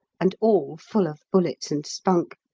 and all full of bullets and spunk.